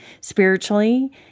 spiritually